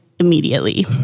Immediately